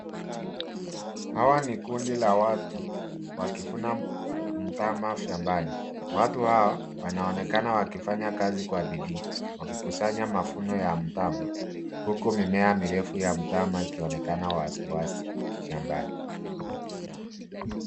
Hawa ni kundi la watu, wakivuna mtama shambani. Watu hao wanaonekana wakifanya kazi kwa bidii, wakikusanya mavuno ya mtama, huku mimea mirefu ya mtama ikionekana wazi wazi shambani.